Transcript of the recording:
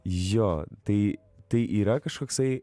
jo tai tai yra kažkoksai